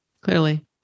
Clearly